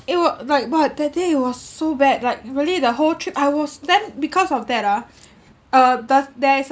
it wa~ like but that day it was s~ so bad like really the whole trip I was then because of that ah uh the there is